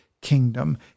kingdom